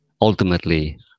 ultimately